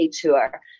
tour